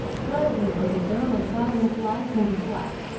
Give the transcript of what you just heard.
leslie was a girl of violent likes and dislikes,